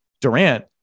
Durant